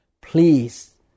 Please